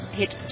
hit